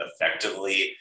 effectively